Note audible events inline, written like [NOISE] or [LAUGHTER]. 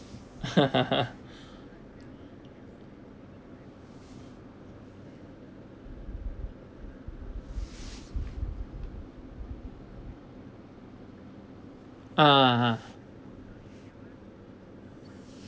[LAUGHS] (uh huh) !huh!